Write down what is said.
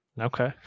Okay